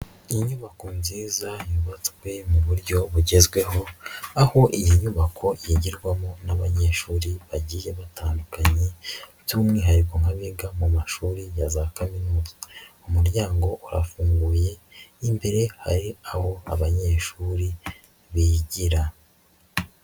Inyubako nziza yubatswe mu buryo bugezweho, aho iyi nyubako yigirwamo n'abanyeshuri bagiye batandukanye by'umwihariko nk'abiga mu mashuri ya za Kaminuza, umuryango urafunguye imbere hari aho abanyeshuri bigira.